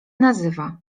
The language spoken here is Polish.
nazywa